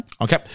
Okay